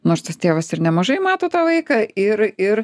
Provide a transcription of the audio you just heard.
nors tas tėvas ir nemažai mato tą vaiką ir ir